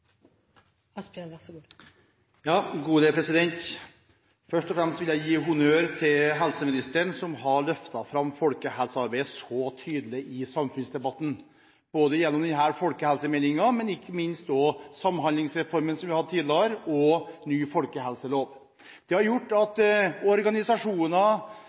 Først og fremst vil jeg gi honnør til helseministeren som så tydelig har løftet fram folkehelsearbeidet i samfunnsdebatten – gjennom denne folkehelsemeldingen og ikke minst gjennom Samhandlingsreformen, som vi tidligere har hatt til behandling, og ny folkehelselov. Det har gjort at